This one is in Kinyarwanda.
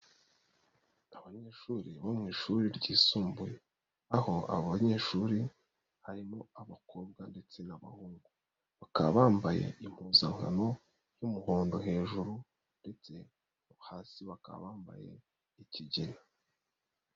Abanyeshuri bo mu ishuri ryisumbuye aho abo banyeshuri harimo abakobwa ndetse n'abahungu, bakaba bambaye impuzankano y'umuhondo hejuru ndetse hasi bakaba bambaye ikigina.